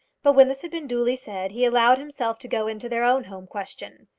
but when this had been duly said, he allowed himself to go into their own home question.